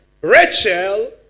Rachel